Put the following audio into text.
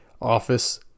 office